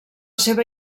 seva